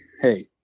hey